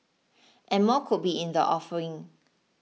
and more could be in the offing